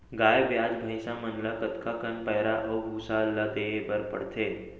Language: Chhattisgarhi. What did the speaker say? गाय ब्याज भैसा मन ल कतका कन पैरा अऊ भूसा ल देये बर पढ़थे?